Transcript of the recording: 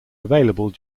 available